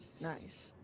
Nice